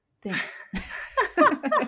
thanks